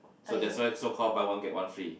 so that's why so call buy one get one free